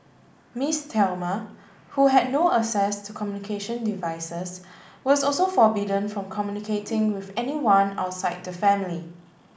Miss Thelma who had no access to communication devices was also forbidden from communicating with anyone outside the family